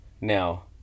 Now